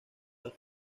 las